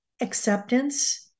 acceptance